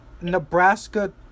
Nebraska